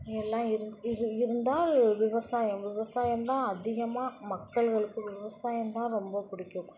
எல்லாம் இரு இரு இருந்தால் விவசாயம் விவசாயம் தான் அதிகமாக மக்கள்களுக்கு விவசாயம் தான் ரொம்ப பிடிக்கும்